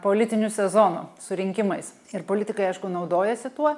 politiniu sezonu su rinkimais ir politikai aišku naudojasi tuo